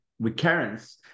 recurrence